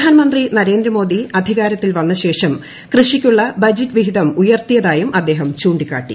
പ്രധാനമന്ത്രി നരേന്ദ്രമോദി അധികാരത്തിൽ വന്നശേഷം കൃഷിക്കുള്ള ബജറ്റ്വിഹിതം ഉയർത്തിയതായും അദ്ദേഹം ചൂണ്ടിക്കാട്ടി